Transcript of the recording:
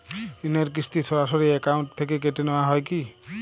ঋণের কিস্তি সরাসরি অ্যাকাউন্ট থেকে কেটে নেওয়া হয় কি?